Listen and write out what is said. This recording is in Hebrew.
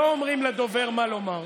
לא אומרים לדובר מה לומר.